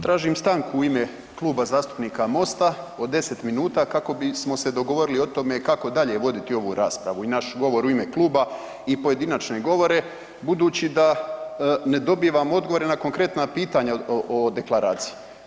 Tražim stanku u ime Kluba zastupnika MOST-a od 10 minuta kako bismo se dogovorili o tome kako dalje voditi ovu raspravu i naš govor u ime kluba i pojedinačne govore budući da ne dobivamo odgovore na konkretna pitanja o deklaraciji.